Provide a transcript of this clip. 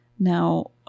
Now